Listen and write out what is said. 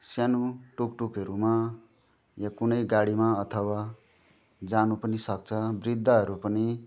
सानो टुकटुकहरूमा या कुनै गाडीमा अथवा जानु पनि सक्छ वृद्धहरू पनि